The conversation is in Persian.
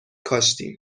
کاشتیم